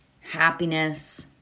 happiness